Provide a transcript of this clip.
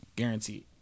Guaranteed